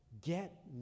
Get